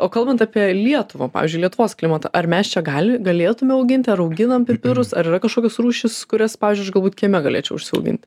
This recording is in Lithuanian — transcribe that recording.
o kalbant apie lietuvą pavyzdžiui lietuvos klimatą ar mes čia gali galėtume auginti ar auginam pipirus ar yra kažkokios rūšys kurias pavyzdžiui aš galbūt kieme galėčiau užsiauginti